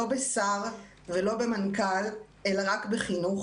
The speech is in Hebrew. לא בשר ולא במנכ"ל אלא רק בחינוך.